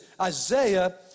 Isaiah